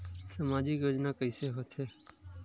सामजिक योजना कइसे होथे?